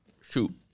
Shoot